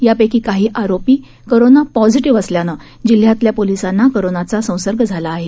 यापैकी काही आरोपी कोरोना पॉसिटीव्ह असल्यानं जिल्ह्यातल्या पोलिसांना कोरोनाचा संसर्ग झाला आहे